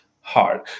hard